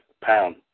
pound